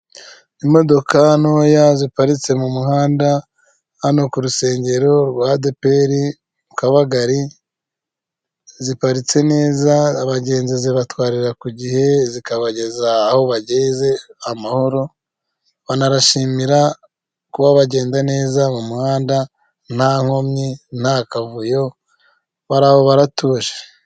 Imodoka ntoya ziparitse mu muhanda hano ku rusengero rwa ADEPR Kabagari, ziparitse neza; abagenzi zibatwarira ku gihe, zikabageza aho bageze amahoro, banabashimira kuba bagenda neza mu muhanda nta nkomyi, nta kavuyo baratuje.